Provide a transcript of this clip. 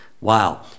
Wow